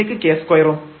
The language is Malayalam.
അതിലേക്ക് k2 ഉം